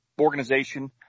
organization